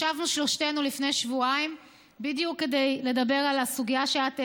ישבנו שלושתנו לפני שבועיים בדיוק כדי לדבר על הסוגיה שאת העלית,